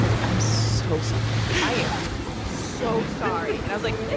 i'm so sorry. i am so sorry. and i was like,